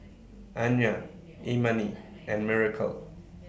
Anya Imani and Miracle